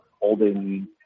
holding